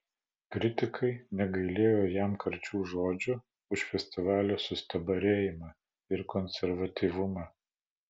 kritikai negailėjo jam karčių žodžių už festivalio sustabarėjimą ir konservatyvumą